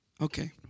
Okay